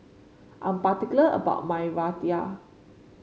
I'm particular about my Raita